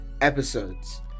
episodes